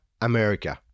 America